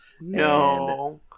No